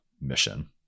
mission